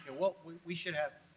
what we we should have